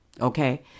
okay